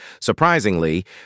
Surprisingly